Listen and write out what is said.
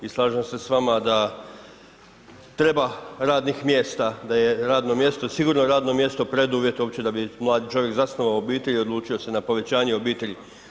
I slažem se s vama da treba radnih mjesta, da je radno mjesto, sigurno radno mjesto preduvjet uopće da bi mladi čovjek zasnovao obitelj i odlučio se na povećanje obitelji.